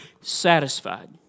satisfied